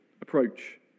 approach